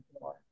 more